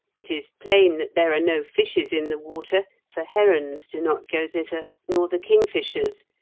it is plain there are no fishes in the water, for herons do not go thither, nor the kingfishers,